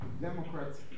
Democrats